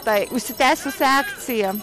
tą užsitęsusią akciją